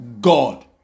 God